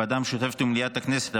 הוועדה המשותפת ומליאת הכנסת.